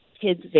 kids